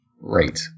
Right